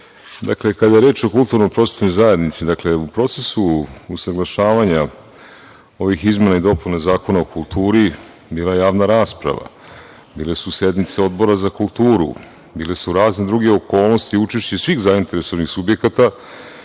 kada je reč o kulturno-prosvetnoj zajednici, u procesu usaglašavanja ovih izmena i dopuna Zakona o kulturi bila je javna rasprava, bile su sednice Odbora za kulturu, bile su razne druge okolnosti, učešće svih zainteresovanih subjekata.